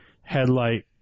headlight